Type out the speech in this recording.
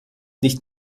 nicht